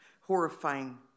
horrifying